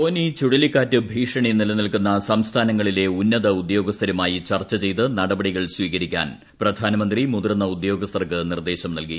ഫോനി ചുഴലിക്കാറ്റ് ഭീഷണി നിലനിൽക്കുന്ന സംസ്ഥാനങ്ങളിലെ ഉന്നത ഉദ്യോഗസ്ഥരുമായി ചർച്ച ചെയ്ത് നടപടികൾ സ്വീകരിക്കാൻ പ്രധാനമന്ത്രി മുതിർന്ന ഉദ്യോഗസ്ഥർക്ക് നിർദ്ദേശം നൽകി